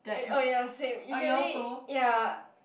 I oh ya same usually ya